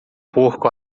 porco